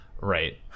Right